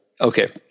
Okay